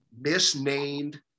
misnamed